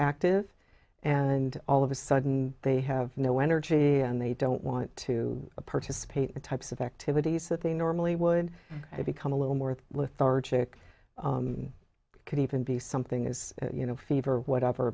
active and all of a sudden they have no energy and they don't want to participate in the types of activities that they normally would have become a little more thorough chick could even be something as you know fever or whatever